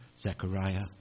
Zechariah